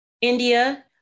India